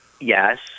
Yes